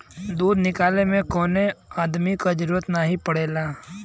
दूध निकाले में कौनो अदमी क जरूरत नाही पड़ेला